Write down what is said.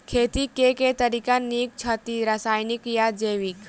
खेती केँ के तरीका नीक छथि, रासायनिक या जैविक?